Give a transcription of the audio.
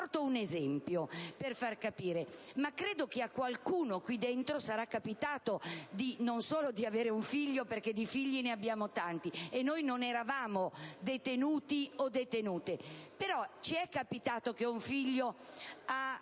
Porto un esempio per far capire. A qualcuno qui dentro sarà capitato non solo di avere un figlio, perché di figli ne abbiamo tanti e noi non eravamo detenuti o detenute, ma che un figlio abbia